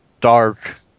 dark